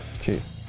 Cheers